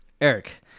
eric